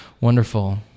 Wonderful